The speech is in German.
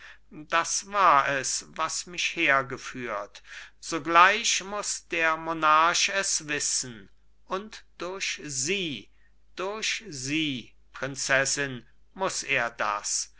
das war es was mich hergeführt sogleich muß der monarch es wissen und durch sie durch sie prinzessin muß er das